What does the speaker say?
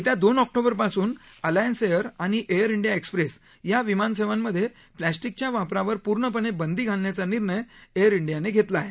येत्या दोन ऑक्टोबरपासून अलायन्स एअर आणि एअर इंडिया एक्स्प्रेस या विमानसेवांमध्ये प्लास्टिकच्या वापरावर पूर्णपणे बंदी घालण्याचा निर्णय एअर इंडियाने घेतला आहे